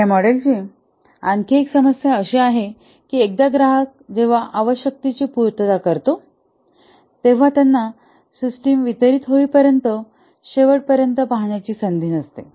या मॉडेलची आणखी एक समस्या अशी आहे की एकदा ग्राहक जेव्हा आवश्यकतेची पूर्तता करतो तेव्हा त्यांना सिस्टम वितरित होईपर्यंत शेवटपर्यंत पाहण्याची संधी नसते